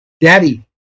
Daddy